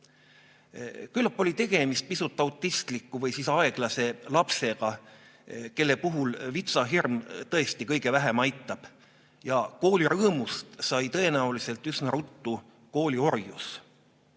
Küllap oli tegemist pisut autistliku või siis aeglase lapsega, kelle puhul vitsahirm tõesti kõige vähem aitab. Ja koolirõõmust sai tõenäoliselt üsna ruttu kooliorjus.